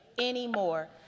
anymore